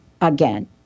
again